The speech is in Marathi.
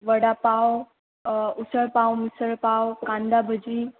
वडापाव उसळपाव मिसळपाव कांदा भजी